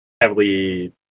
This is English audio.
heavily